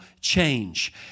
change